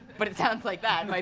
but it sounds like that might